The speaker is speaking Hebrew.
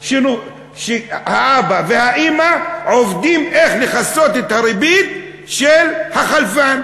שהאבא והאימא עובדים כדי לכסות את הריבית של החלפן,